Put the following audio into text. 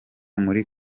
muri